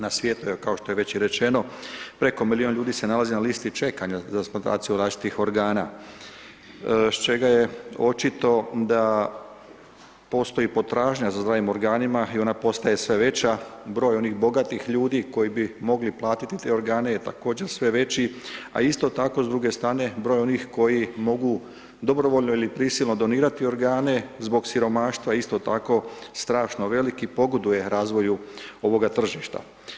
Na svijetu je, kao što je već i rečeno, preko milijun ljudi se nalazi na listi čekanja za transplantaciju različitih organa, s čega je očito da postoji potražnja za zdravim organima i ona postaje sve veća, broj onih bogatih ljudi koji bi mogli platiti te organe je također sve veći, a isto tako, s druge strane, broj onih koji mogu dobrovoljno ili prisilno donirati organe zbog siromaštva, isto tako strašno veliki, pogoduje razvoju ovoga tržišta.